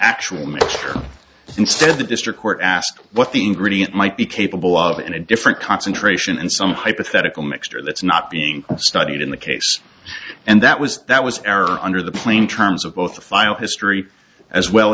actual instead of the district court asked what the ingredient might be capable of in a different concentration and some hypothetical mixture that's not being studied in the case and that was that was error under the plain terms of both the final history as well